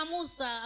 Musa